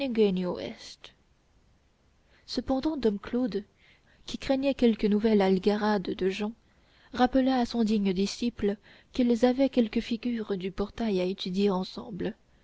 cependant dom claude qui craignait quelque nouvelle algarade de jehan rappela à son digne disciple qu'ils avaient quelques figures du portail à étudier ensemble